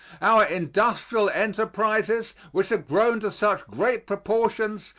our industrial enterprises, which have grown to such great proportions,